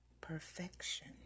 perfection